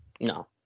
No